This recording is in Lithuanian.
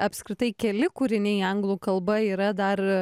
apskritai keli kūriniai anglų kalba yra dar